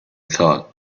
thought